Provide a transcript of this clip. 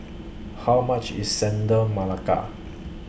How much IS Chendol Melaka